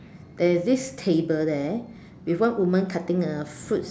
there is this table there with one woman cutting a fruits